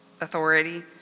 authority